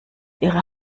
ihre